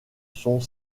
sont